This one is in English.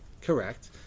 correct